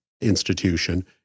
institution